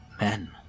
men